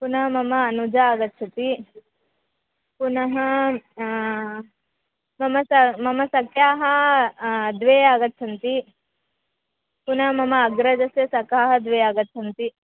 पुनः मम अनुजा आगच्छति पुनः मम स मम सख्याः द्वे आगच्छतः पुन मम अग्रजस्य सखा द्वे आगच्छतः